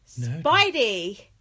Spidey